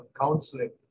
counseling